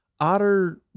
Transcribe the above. Otter